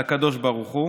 על הקדוש ברוך הוא